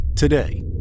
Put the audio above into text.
today